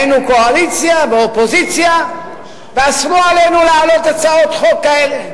היינו קואליציה ואופוזיציה ואסרו עלינו להעלות הצעות חוק כאלה.